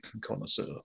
connoisseur